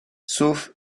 sauf